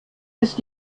ist